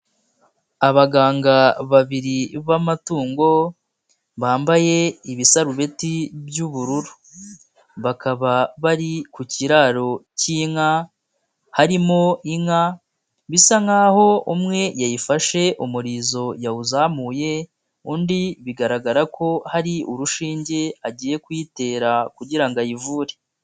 Abaganga babiri b'amatungo bambaye ibisarubeti by'ubururu, bakaba bari ku kiraro k'inka, harimo inka bisa nk'aho umwe yayifashe umurizo yawuzamuye, undi bigaragara ko hari urushinge agiye kuyitera kugira ngo ayivure.